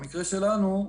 במקרה שלנו,